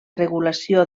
regulació